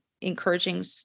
encouraging